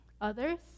others